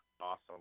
awesome